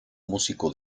músico